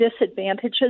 disadvantages